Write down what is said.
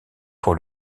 pour